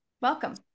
welcome